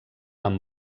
amb